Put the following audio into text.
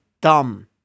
dumb